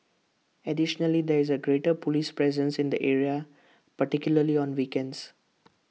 additionally there is A greater Police presence in the area particularly on weekends